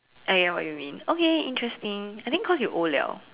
I get what you mean okay interesting I think cause you old liao